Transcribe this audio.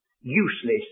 Useless